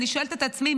אני שואלת את עצמי,